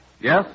Yes